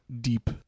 deep